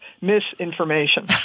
misinformation